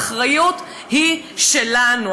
האחריות היא שלנו.